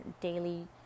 daily